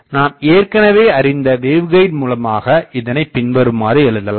நாம் ஏற்கனவே அறிந்த வேவ்கைடு மூலமாக இதனைப் பின்வருமாறு எழுதலாம்